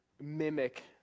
mimic